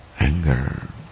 Anger